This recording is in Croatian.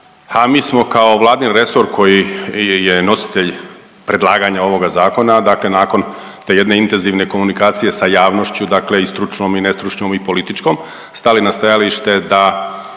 mi smo kao Vladin resor koji je nositelj predlaganja ovoga zakona, dakle nakon te jedne intenzivne komunikacije sa javnošću dakle i stručnom i nestručnom i političkom stali na stajalište da